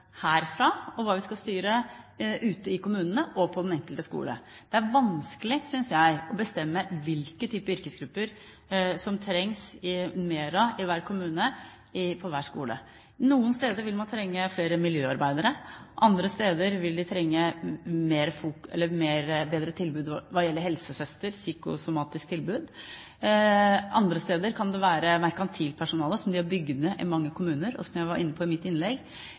ute i kommunene og på den enkelte skole. Det er vanskelig, synes jeg, å bestemme hvilke typer yrkesgrupper som det trengs mer av i hver kommune, på hver skole. Noen steder vil man trenge flere miljøarbeidere, andre steder vil man trenge et bedre tilbud når det gjelder helsesøstre, eller bedre psykosomatiske tilbud, andre steder kan det være merkantilt personale, som man har bygd ned i mange kommuner, som jeg var inne på i mitt innlegg.